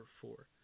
four